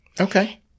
Okay